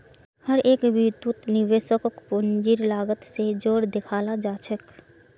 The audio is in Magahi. हर एक बितु निवेशकक पूंजीर लागत स जोर देखाला जा छेक